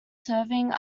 serving